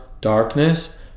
darkness